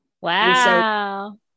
Wow